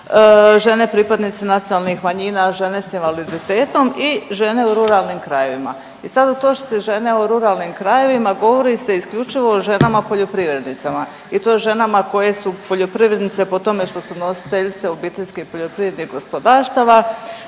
žene pripadnice nacionalnih manjima, žene s invaliditetom i žene u ruralnim krajevima i sad u točci žene u ruralnim krajevima govori se isključivo o ženama poljoprivrednicima i to ženama koje su poljoprivrednice po tome što su nositeljice OPG-ova. Međutim ako radimo istraživanje